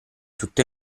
tutto